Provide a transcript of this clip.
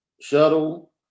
shuttle